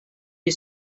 his